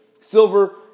Silver